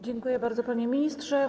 Dziękuję bardzo, panie ministrze.